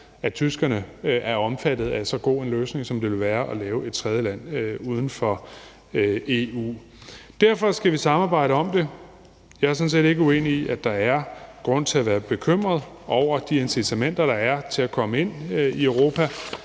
at tyskerne er omfattet af så god en løsning, som det ville være lave en aftale med et tredjeland uden for EU. Derfor skal vi samarbejde om det. Jeg er sådan set ikke uenig i, at der er grund til være bekymret over de incitamenter, der er til at komme ind i Europa.